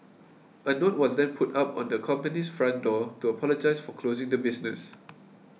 a note was then put up on the company's front door to apologise for closing the business